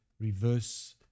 reverse